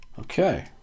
Okay